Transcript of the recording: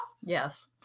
Yes